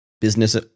business